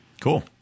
Cool